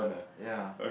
ya